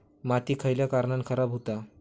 माती खयल्या कारणान खराब हुता?